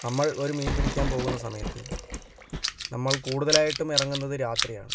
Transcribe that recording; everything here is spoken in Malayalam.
നമ്മൾ ഒരു മീൻ പിടിക്കാൻ പോകുന്ന സമയത്ത് നമ്മൾ കൂടുതലായിട്ടും ഇറങ്ങുന്നത് രാത്രിയാണ്